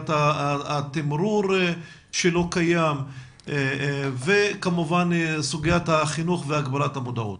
בסוגיית התמרור שלא קיים וכמובן סוגיית החינוך והגברת המודעות.